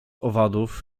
owadów